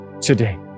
today